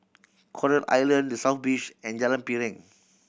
Coral Island The South Beach and Jalan Piring